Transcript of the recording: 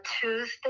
Tuesday